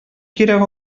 кирәк